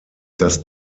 das